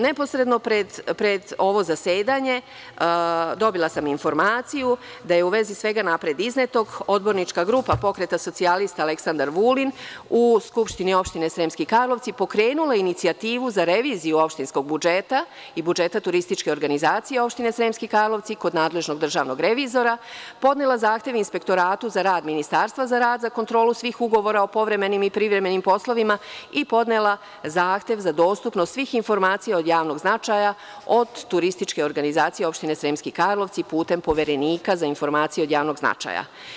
Neposredno pred ovo zasedanje dobila sam informaciju da je u vezi svega napred iznetog, Odbornička grupa Pokreta socijalista Aleksandar Vulin, u SO Sremski Karlovci, pokrenula inicijativu za reviziju opštinskog budžeta i budžeta turističke organizacije opštine Sremski Karlovci, kod nadležnog državnog revizora, podnela zahtev Inspektoratu za rad Ministarstva za rad i kontrolu svih ugovora o povremenim i privremenim poslovima i podnela zahtev za dostupnost svih informacija od javnog značaja od TO opštine Sremski Karlovci putem Poverenika za informacije od javnog značaja.